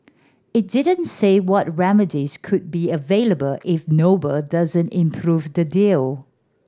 it didn't say what remedies could be available if Noble doesn't improve the deal